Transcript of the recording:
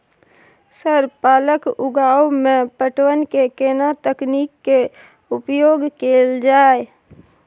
Sir पालक उगाव में पटवन के केना तकनीक के उपयोग कैल जाए?